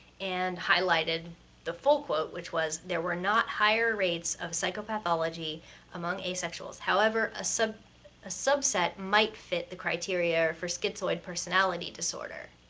and highlighted the full quote, which was, was, there were not higher rates of psychopathology among asexuals however, a sub a subset might fit the criteria for schizoid personality disorder.